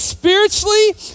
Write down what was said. Spiritually